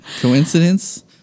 Coincidence